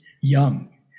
young